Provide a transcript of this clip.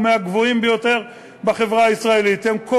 הוא מהגבוהים ביותר בחברה הישראלית,